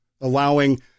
allowing